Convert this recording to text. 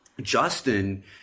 Justin